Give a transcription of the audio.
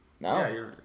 No